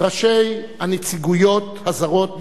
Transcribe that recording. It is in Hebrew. ראשי הנציגויות הזרות בישראל,